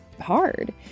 hard